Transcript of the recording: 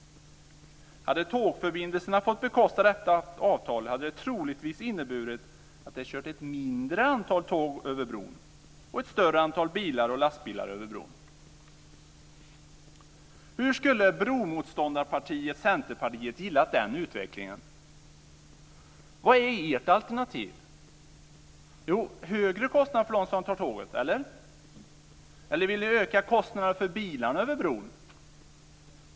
Hade tågförbindelserna fått bekosta detta avtal hade det troligen inneburit att det kört ett mindre antal tåg över bron och ett större antal bilar och lastbilar. Hur skulle bromotståndarpartiet Centerpartiet gillat den utvecklingen? Vad är ert alternativ? Jo, högre kostnad för dem som tar tåget. Eller vill ni öka kostnaderna för bilarna över bron?